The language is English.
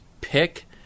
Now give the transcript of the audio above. pick